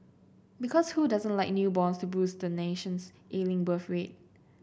because who doesn't like newborns to boost the nation's ailing birth rate